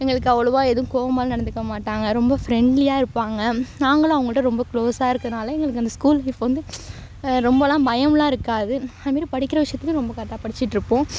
எங்களுக்கு அவ்வளோவா எதுவும் கோபமா நடந்துக்க மாட்டாங்க ரொம்ப ஃப்ரண்ட்லியாக இருப்பாங்க நாங்களும் அவங்கள்ட்ட ரொம்ப குளோஸா இருக்கிறதுனால எங்களுக்கு அந்த ஸ்கூல் லைஃப் வந்து ரொம்பலாம் பயம்லாம் இருக்காது அதுமாரி படிக்கிற விஷயத்துலையும் ரொம்ப கரெக்டா படிச்சுட்டு இருப்போம்